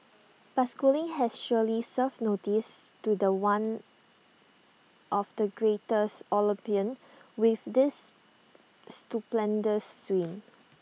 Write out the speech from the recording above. but schooling has surely served notice to The One of the greatest Olympian with this stupendous swim